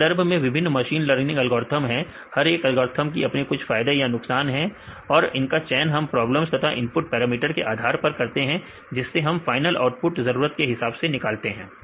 तो संदर्भ में विभिन्न मशीन लर्निंग एल्गोरिथम है और हर एक एल्गोरिथ्म कि अपनी कुछ फायदे या नुकसान है और इनका चयन हम प्रॉब्लम तथा इनपुट पैरामीटर के आधार पर करते हैं जिससे हमें फाइनल आउटपुट जरूरत के हिसाब से मिलता है